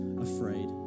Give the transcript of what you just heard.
afraid